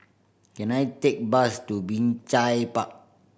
can I take bus to Binjai Park